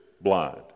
blind